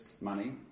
money